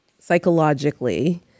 psychologically